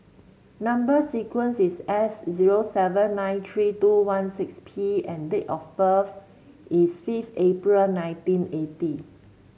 number sequence is S zero seven nine three two one six P and date of birth is fifth April nineteen eighty